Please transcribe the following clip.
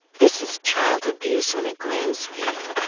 this is child abuse on a grand scale.